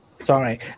sorry